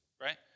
right